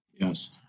Yes